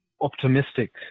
optimistic